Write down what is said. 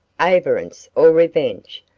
avarice or revenge,